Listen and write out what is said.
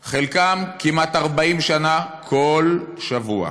חלקן, כמעט 40 שנה, כל שבוע.